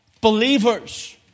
Believers